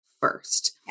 first